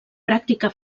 pràctica